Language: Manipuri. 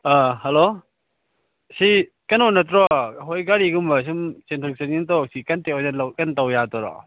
ꯍꯦꯜꯂꯣ ꯁꯤ ꯀꯩꯅꯣ ꯅꯠꯇ꯭ꯔꯣ ꯑꯩꯈꯣꯏ ꯒꯥꯔꯤꯒꯨꯝꯕ ꯁꯨꯝ ꯆꯦꯟꯊꯣꯛ ꯆꯦꯟꯁꯤꯟ ꯇꯧꯕ ꯁꯤ ꯀꯣꯟꯇꯦꯛ ꯑꯣꯏꯅ ꯂꯧ ꯀꯩꯅꯣ ꯇꯧꯕ ꯌꯥꯗꯣꯏꯔꯣ